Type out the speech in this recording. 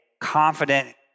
confident